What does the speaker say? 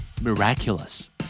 Miraculous